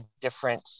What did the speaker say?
different